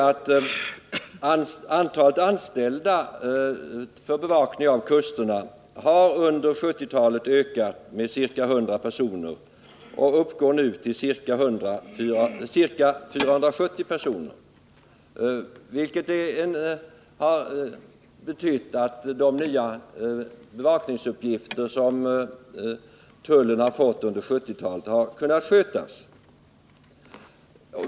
Antalet anställda för bevakning av kusterna har under 1970-talet ökat med ca 100 personer och uppgår nu till ca 470 personer, vilket har betytt att de nya bevakningsuppgifter som tullen fått under denna tid har kunnat skötas.